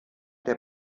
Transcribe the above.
der